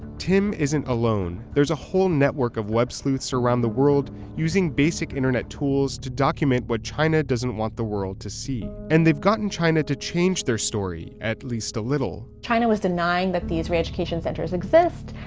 tim isn't alone. there's a whole network of web sleuths around the world using basic internet tools to document what china doesn't want the world to see. and they've gotten china to change their story, at least a little. china was denying that these re education centers exist,